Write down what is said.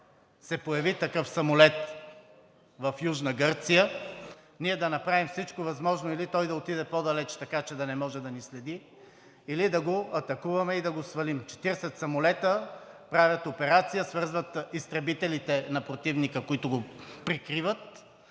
се появи такъв самолет в Южна Гърция, ние да направим всичко възможно или той да отиде по-далече, така че да не може да ни следи, или да го атакуваме и да го свалим. 40 самолета правят операция, свързват изтребителите на противника, които го прикриват,